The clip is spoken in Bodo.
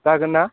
जागोनना